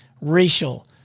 racial